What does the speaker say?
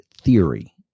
theory